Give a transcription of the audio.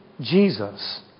Jesus